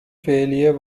failure